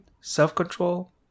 self-control